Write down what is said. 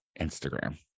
Instagram